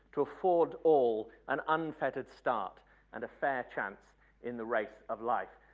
to afford all an unfettered start and a fair chance in the race of life.